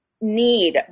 need